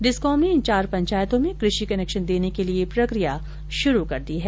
discom ने इन चार पंचायतों में कृषि कनेक्शन देने के लिए प्रक्रिया शुरू कर दी है